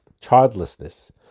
childlessness